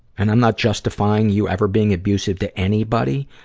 and i'm not justifying you ever being abusive to anybody,